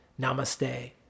Namaste